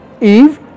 Eve